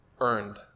earned